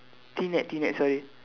T-net T-net sorry